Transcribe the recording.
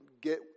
get